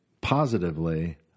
positively